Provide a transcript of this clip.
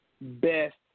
best